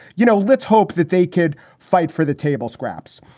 you know, let's hope that they could fight for the table scraps.